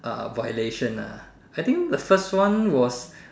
uh violation ah I think the first one was